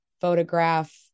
photograph